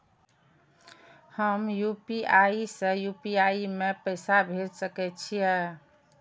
हम यू.पी.आई से यू.पी.आई में पैसा भेज सके छिये?